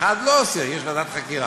כשאחד לא עושה יש ועדת חקירה.